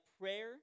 prayer